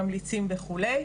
ממליצים וכולי,